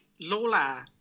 lola